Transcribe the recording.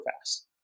fast